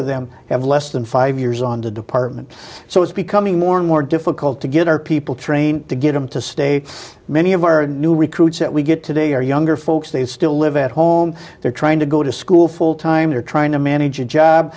of them have less than five years on the department so it's becoming more and more difficult to get our people trained to get them to states many of our new recruits that we get today are younger folks they still live at home they're trying to go to school full time they're trying to manage